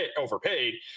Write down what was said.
overpaid